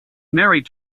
married